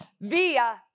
via